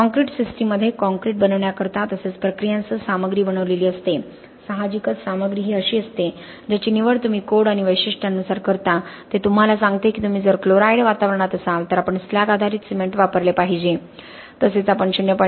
concrete सिस्टीममध्ये concrete बनवण्याकरिता तसेच प्रक्रियांसह सामग्री बनलेली असते साहजिकच सामग्री ही अशी असते ज्याची निवड तुम्ही कोड आणि वैशिष्ट्यांनुसार करता ते तुम्हाला सांगते की तुम्ही जर क्लोराईड वातावरणत असाल तर आपण स्लॅग आधारित सिमेंट वापरले पाहिजे तसेच आपण 0